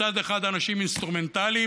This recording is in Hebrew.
מצד אחד אנשים אינסטרומנטליים,